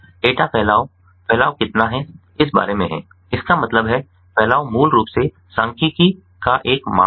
data फैलाव फैलाव कितना है इस बारे में है इसका मतलब है फैलाव मूल रूप से सांख्यिकीय का एक माप है